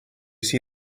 see